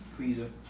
Freezer